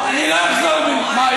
מה,